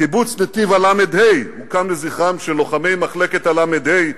קיבוץ נתיב-הל"ה הוקם לזכרם של לוחמי מחלקת הל"ה,